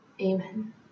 Amen